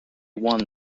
won